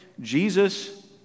Jesus